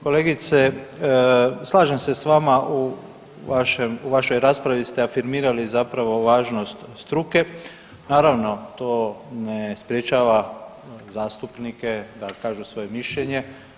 Kolegice, slažem se s vama u vašoj raspravi ste afirmirali zapravo važnost struke, naravno to ne sprečava zastupnike da kažu svoje mišljenje.